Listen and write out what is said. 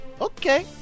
okay